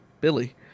Billy